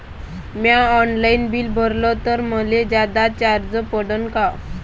म्या online bill भरलं तर मले जादा चार्ज पडन का?